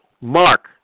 Mark